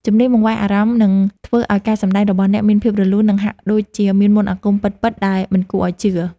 ជំនាញបង្វែរអារម្មណ៍នឹងធ្វើឱ្យការសម្តែងរបស់អ្នកមានភាពរលូន និង ហាក់ដូចជាមានមន្តអាគមពិតៗដែលមិនគួរឱ្យជឿ។